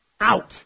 Out